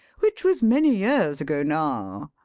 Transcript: which was many years ago now.